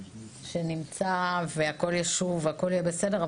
נמצא והכל ישוב והכל יהיה בסדר,